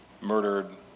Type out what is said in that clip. murdered